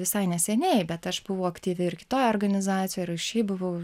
visai neseniai bet aš buvau aktyvi ir kitoj organizacijoj ir aš šiaip buvau